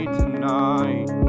tonight